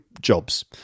jobs